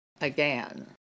again